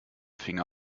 finger